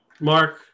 Mark